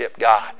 God